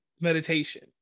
meditation